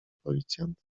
policjant